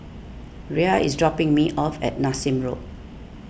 Rhea is dropping me off at Nassim Road